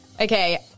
Okay